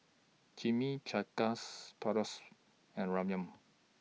Chimichangas Bratwurst and Ramyeon